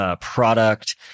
product